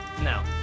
No